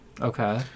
Okay